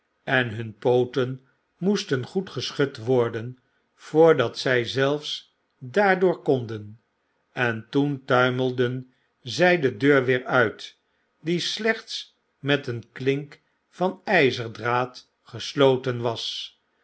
en hun pooten moesten goed geschud worden voordat zy zelfs daardoor konden en toen tuimelden zy de deur weer uit die slechts met een klink van ijzerdraad gesloten was